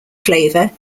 flavour